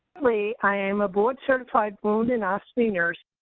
currently i am a board certified wound and ostomy nurse.